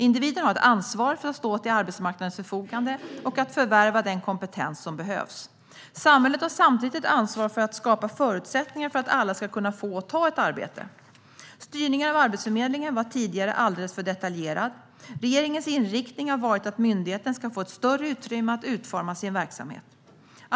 Individen har ett ansvar för att stå till arbetsmarknadens förfogande och för att förvärva den kompetens som behövs. Samhället har samtidigt ett ansvar för att skapa förutsättningar för att alla ska kunna få och ta ett arbete. Styrningen av Arbetsförmedlingen var tidigare alldeles för detaljerad. Regeringens inriktning har varit att myndigheten ska få ett större utrymme att utforma sin verksamhet.